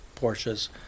Porsches